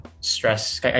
stress